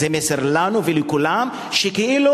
זה מסר לנו ולכולם שכאילו,